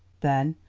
then,